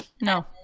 No